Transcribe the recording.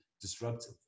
disruptive